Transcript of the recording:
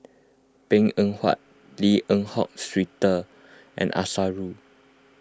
Png Eng Huat Lim Eng Hock Peter and Arasu